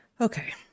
Okay